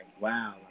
wow